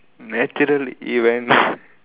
natural event